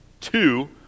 two